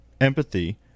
empathy